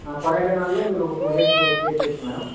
ఆ కొడైకెనాల్ లో మీరు ఒక టూ డేస్ స్టే చేయచ్చు మేడం